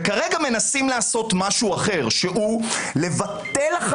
כרגע מנסים לעשות משהו אחר שהוא לבטל את